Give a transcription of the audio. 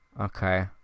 Okay